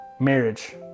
marriage